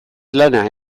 lana